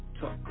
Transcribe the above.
Talk